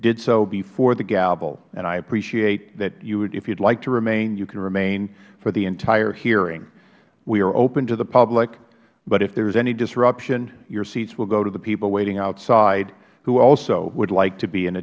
did so before the gavel and i appreciate that if you would like to remain you can remain for the entire hearing we are open to the public but if there is any disruption your seats will go to the people waiting outside who also would like to be